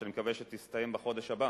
שאני מקווה שתסתיים בחודש הבא,